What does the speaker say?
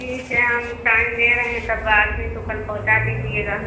ठीक है हम टाइम दे रहे हैं बाद में तो कल पहुँचा दीजिएगा